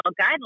guidelines